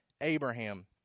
Abraham